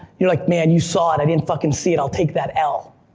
you're like, man, you saw it, i didn't fuckin' see it, i'll take that l.